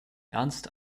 ernst